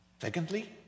Secondly